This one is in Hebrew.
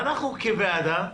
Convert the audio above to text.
ואנחנו, כוועדה,